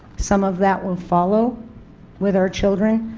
some of that will follow with our children.